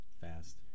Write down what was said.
fast